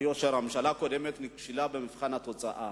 ביושר שהממשלה הקודמת נכשלה במבחן התוצאה.